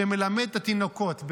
שמלמד את התינוקות.